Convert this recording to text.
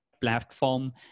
platform